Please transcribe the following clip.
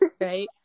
Right